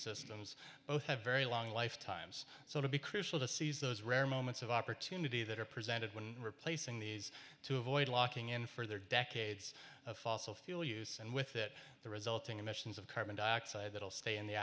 systems both have very long lifetimes so to be crucial to seize those rare moments of opportunity that are presented when replacing these to avoid locking in further decades of fossil fuel use and with it the resulting emissions of carbon dioxide that will stay in the